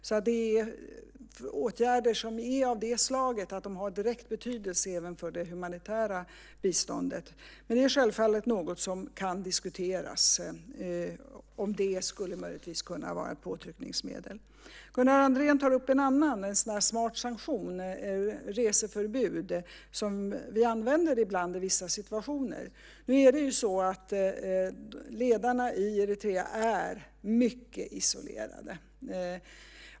Det är alltså åtgärder som är av det slaget att de har direkt betydelse även för det humanitära biståndet. Men det är självfallet något som kan diskuteras om det möjligtvis skulle kunna vara ett påtryckningsmedel. Gunnar Andrén tar upp en annan smart sanktion - reseförbud. Den använder vi ibland, i vissa situationer. Ledarna i Eritrea är mycket isolerade.